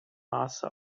maße